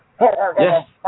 Yes